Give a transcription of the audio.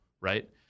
right